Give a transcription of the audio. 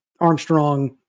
Armstrong